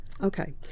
okay